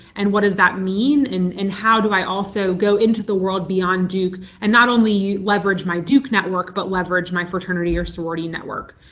and what does that mean? and and how do i also go into the world beyond duke and not only leverage my duke network but leverage my fraternity or sorority network?